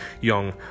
young